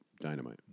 dynamite